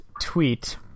tweet